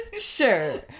Sure